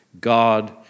God